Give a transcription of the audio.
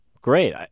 Great